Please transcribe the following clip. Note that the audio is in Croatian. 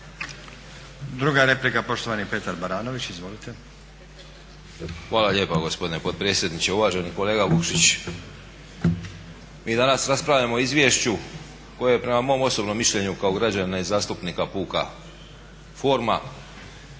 **Baranović, Petar (Reformisti)** Hvala lijepa gospodine potpredsjedniče, uvaženi kolega Vukšić. Mi danas raspravljamo o izvješću koje je prema mom osobnom mišljenju kao građanina i zastupnika puka forma,